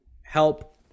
help